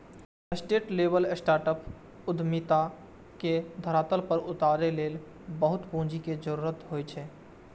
scalable startup उद्यमिता के धरातल पर उतारै लेल बहुत पूंजी के जरूरत होइ छै